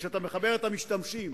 וכשאתה מחבר את המשתמשים,